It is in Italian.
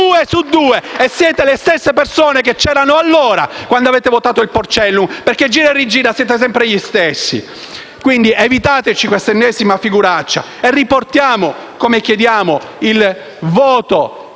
Due su due! E siete le stesse persone che c'erano allora, quando avete votato il Porcellum. Gira e rigira, siete sempre gli stessi. Evitateci quindi l'ennesima figuraccia e riportate, come chiediamo, il voto